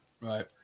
Right